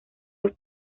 los